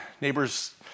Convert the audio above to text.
neighbors